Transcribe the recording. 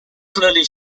clearly